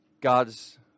God's